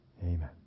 Amen